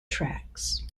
tracks